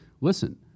listen